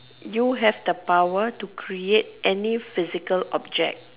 you have the power to create any physical object